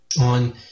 On